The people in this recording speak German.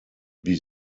wie